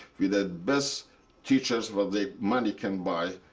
with the best teachers what the money can buy.